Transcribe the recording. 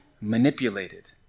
manipulated